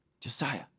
Josiah